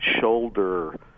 shoulder